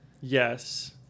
yes